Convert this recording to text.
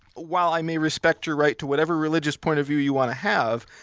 while i may respect your right to whatever religious point of view you want to have,